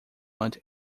want